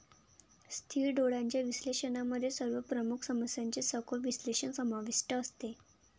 स्थिर डोळ्यांच्या विश्लेषणामध्ये सर्व प्रमुख समस्यांचे सखोल विश्लेषण समाविष्ट असते